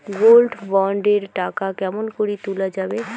Gold bond এর টাকা কেমন করি তুলা যাবে?